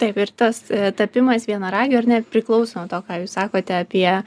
taip ir tas tapimas vienaragiu ar ne priklauso nuo to ką jūs sakote apie